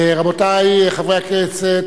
רבותי חברי הכנסת,